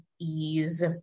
ease